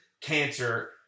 cancer